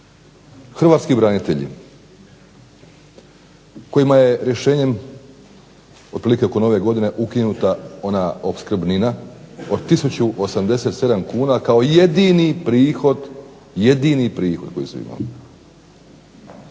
Hrvatski branitelji kojima je rješenjem otprilike oko Nove godine ukinuta ona opskrbnina od tisuću 87 kuna kao jedini prihod koji su imali.